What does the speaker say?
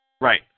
Right